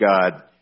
God